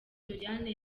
doriane